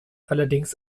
allerdings